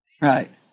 Right